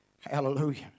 Hallelujah